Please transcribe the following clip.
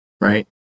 right